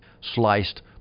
sliced